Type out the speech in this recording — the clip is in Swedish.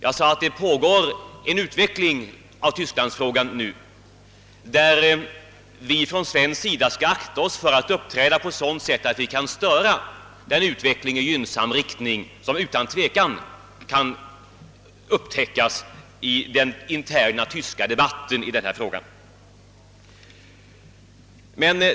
Jag sade att det nu pågår en utveckling i Tysklandsfrågan, och på svensk sida skall vi akta oss för att uppträda på sådant sätt att vi kan störa den utveckling i gynnsam riktning som förekommer i den interna tyska debatten.